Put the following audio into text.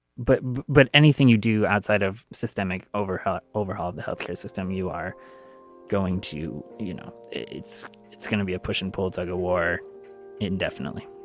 but but anything you do outside of systemic overhaul it overhaul the health care system you are going to you know it's it's gonna be a push and pull it's like a war indefinitely